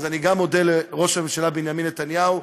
אז אני גם מודה לראש הממשלה בנימין נתניהו.